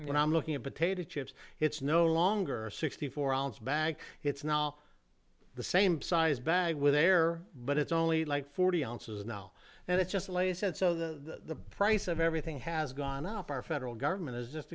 when i'm looking at potato chips it's no longer sixty four ounce bag it's now the same size bag with air but it's only like forty ounces now and it just lay said so the price of everything has gone up our federal government has just